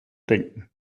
denken